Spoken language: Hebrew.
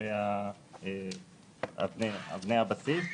אלה הן אבני הבסיס.